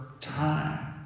time